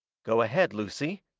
go ahead, lucy,